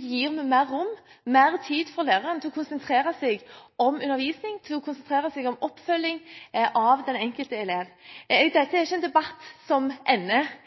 gir vi mer rom og tid for læreren til å konsentrere seg om undervisning og oppfølging av den enkelte elev. Dette er ikke en debatt som ender